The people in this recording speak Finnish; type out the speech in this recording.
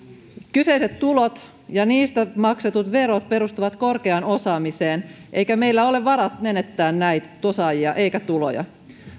kyseiset tulot ja niistä maksetut verot perustuvat korkeaan osaamiseen eikä meillä ole varaa menettää näitä osaajia eikä tuloja